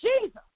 Jesus